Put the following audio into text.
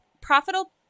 profitable